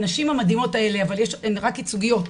הנשים המדהימות האלה, אבל הן רק ייצוגיות.